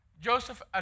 Joseph